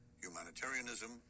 humanitarianism